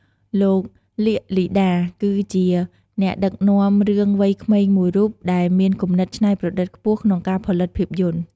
លោក លៀក លីដា គឺជាអ្នកដឹកនាំរឿងវ័យក្មេងមួយរូបដែលមានគំនិតច្នៃប្រឌិតខ្ពស់ក្នុងការផលិតភាពយន្ត។